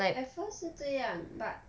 at first 是对啦 but